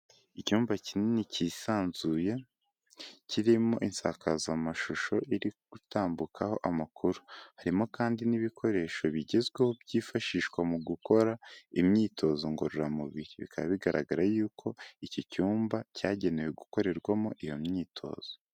Icyumba kinini cyisanzuye kirimo isakazamashusho iri gutambukaho amakuru, harimo kandi n'ibikoresho bigezweho byifashishwa mu gukora imyitozo ngororamubiri bikaba bigaragara yuko iki cyumba cyagenewe gukorerwamo iyo myitozo.